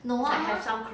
no I have